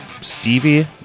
stevie